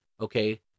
Okay